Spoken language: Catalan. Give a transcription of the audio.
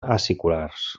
aciculars